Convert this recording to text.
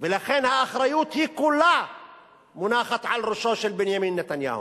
ולכן האחריות כולה מונחת על ראשו של בנימין נתניהו.